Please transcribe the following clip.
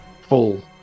full